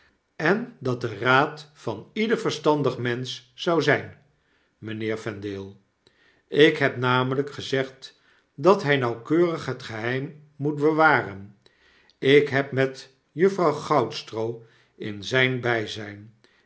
en dat de raad van ieder verstandig mensch zou zyn mijnheer vendale ik heb hem namelijk gezegd dat hij nauwkeurig het geheim moet bewaren ik heb met juffrouw goudstroo in zijn bijzijn